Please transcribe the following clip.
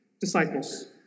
disciples